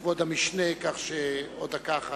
ברשות